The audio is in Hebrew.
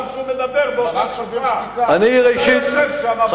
אתה יושב שם, בממשלה.